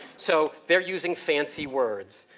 so they're using fancy words,